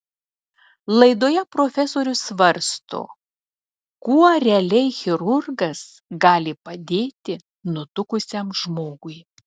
laidoje profesorius svarsto kuo realiai chirurgas gali padėti nutukusiam žmogui